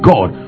God